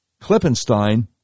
Klippenstein